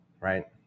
right